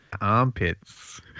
armpits